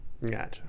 Gotcha